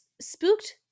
spooked